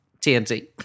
TNT